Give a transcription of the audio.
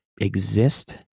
exist